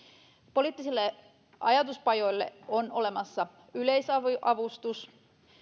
poliittisille ajatuspajoille on olemassa yleisavustus